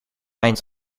eind